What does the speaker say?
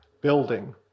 building